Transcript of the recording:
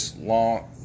long